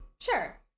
sure